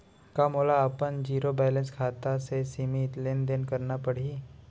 का मोला अपन जीरो बैलेंस खाता से सीमित लेनदेन करना पड़हि?